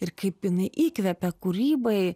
ir kaip jinai įkvepia kūrybai